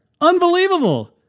Unbelievable